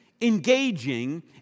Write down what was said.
engaging